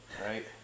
right